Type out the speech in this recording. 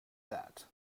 that